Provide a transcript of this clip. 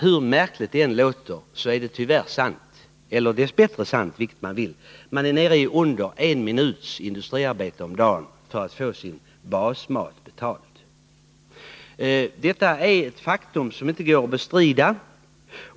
Hur märkligt det än låter så är det tyvärr sant — eller dess bättre, vilket man vill — att man då är nere i under en minuts industriarbete om dagen för att man skall få sin basmat betald. Detta är ett faktum som inte går att bestrida.